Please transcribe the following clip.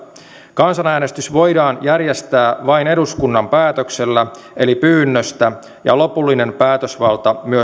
äänestys voidaan järjestää vain eduskunnan päätöksellä eli pyynnöstä ja lopullinen päätösvalta myös